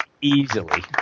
easily